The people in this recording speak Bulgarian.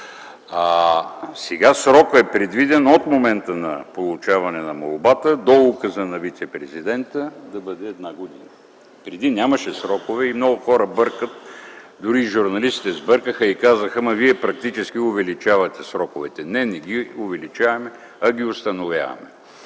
да бъде една година от момента на получаване на молбата до указа на вицепрезидента. Преди нямаше срокове. Много хора бъркат. Дори журналистите сбъркаха и казаха: вие практически увеличавате сроковете. Не, не ги увеличаваме, а ги установяваме.